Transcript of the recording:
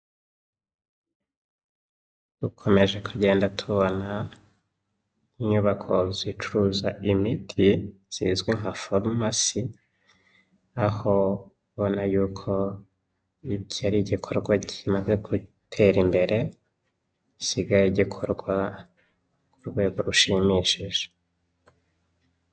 Dukomeje kugenda tubona inyubako zicuruza imiti zizwi nka farumasi, aho ubona yuko iki ari igikorwa kimaze gutera imbere, gisigaye gikorwa ku rwego rushimishije.